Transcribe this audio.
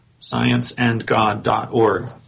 scienceandgod.org